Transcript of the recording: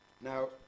Now